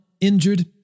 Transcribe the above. injured